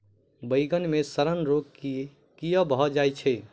बइगन मे सड़न रोग केँ कीए भऽ जाय छै?